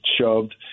shoved